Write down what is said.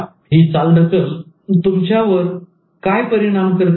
ही चालढकल तुमच्यावर काय परिणाम करते